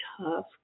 tough